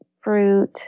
fruit